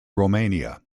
romania